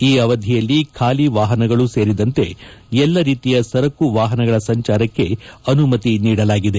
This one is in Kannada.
ಈ ಅವಧಿಯಲ್ಲಿ ಬಾಲಿ ವಾಹನಗಳು ಸೇರಿದಂತೆ ಎಲ್ಲಾ ರೀತಿಯ ಸರಕು ವಾಹನಗಳ ಸಂಚಾರಕ್ಕೆ ಅನುಮತಿ ನೀಡಲಾಗಿದೆ